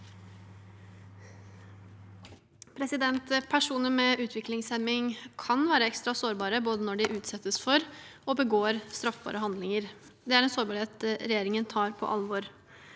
Personer med ut- viklingshemming kan være ekstra sårbare, både når de utsettes for og når de begår straffbare handlinger. Det er en sårbarhet regjeringen tar på alvor.